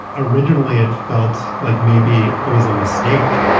originally, it felt like maybe it was a mistake,